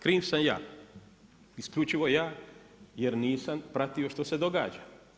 Krvi sam ja, isključivo ja, jer nisam pratio što se događa.